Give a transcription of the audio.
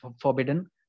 forbidden